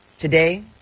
Today